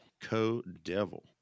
Co-Devil